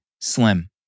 slim